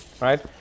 right